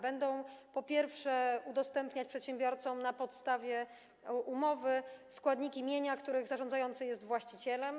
Będą, po pierwsze udostępniać przedsiębiorcom na podstawie umowy składniki mienia, których zarządzający jest właścicielem.